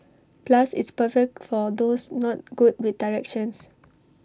plus it's perfect for those not good with directions